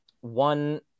one